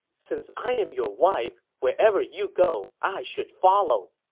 since i am your wife, wherever you go, i should follow.